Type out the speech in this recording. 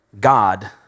God